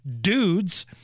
dudes